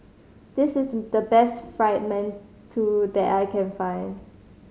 this is the best Fried Mantou that I can find